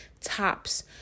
tops